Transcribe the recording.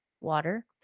water